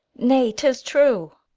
nay, tis true.